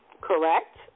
Correct